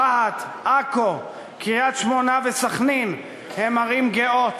רהט, עכו, קריית-שמונה וסח'נין הן ערים גאות.